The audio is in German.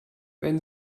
wenn